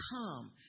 come